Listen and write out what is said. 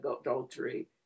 adultery